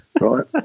right